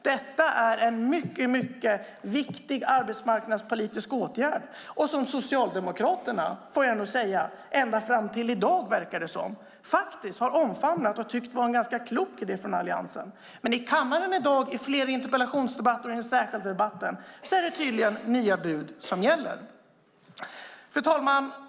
Det är en mycket viktig arbetsmarknadspolitisk åtgärd - en åtgärd som Socialdemokraterna ända fram till i dag har omfamnat och tyckt vara en ganska klok idé från Alliansen. I flera interpellationsdebatter i dag och i den aktuella debatten är det tydligen nya bud som gäller. Fru talman!